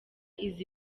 izi